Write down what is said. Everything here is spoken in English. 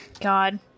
God